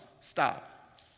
stop